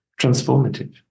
transformative